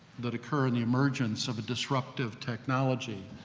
that occur in the emergence of a disruptive technology,